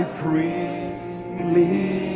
freely